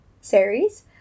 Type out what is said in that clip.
series